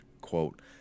quote